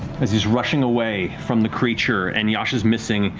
as he's rushing away from the creature, and yasha's missing,